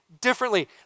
differently